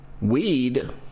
weed